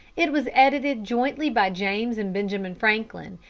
it was edited jointly by james and benjamin franklin,